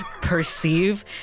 perceive